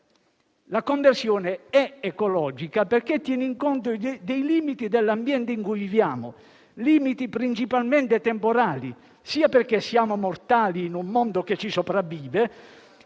La conversione è ecologica perché tiene conto dei limiti dell'ambiente in cui viviamo, principalmente temporali: sia perché siamo mortali in un mondo che ci sopravvive,